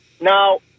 Now